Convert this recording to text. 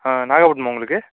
நாகப்பட்டினமா உங்களுக்கு